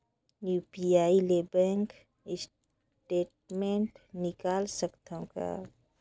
UPI ले bank statement निकाल सकत हवं का?